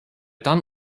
dann